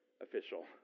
official